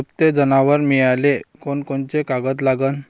दुभते जनावरं मिळाले कोनकोनचे कागद लागन?